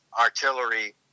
artillery